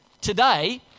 today